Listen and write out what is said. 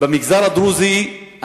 במגזר הדרוזי,